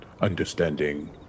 understanding